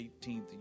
18th